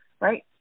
Right